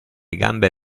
gambe